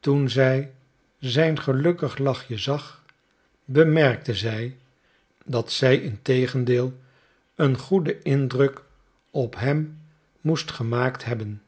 toen zij zijn gelukkig lachje zag bemerkte zij dat zij integendeel een goeden indruk op hem moest gemaakt hebben